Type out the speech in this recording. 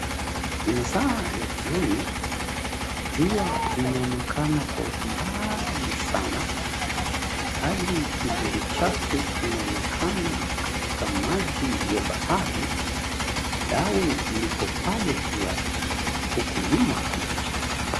Ni masaa ya jioni, jua linaonekana kwa umbali sana, hadi kivuli chake kinaonekana katika maji ya bahari. Dau liko pale pia. Huku nyuma kuna mchanga.